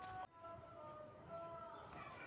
आज शेतकऱ्यांसमोर कोणती आव्हाने आहेत?